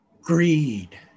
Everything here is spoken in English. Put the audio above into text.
greed